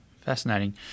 Fascinating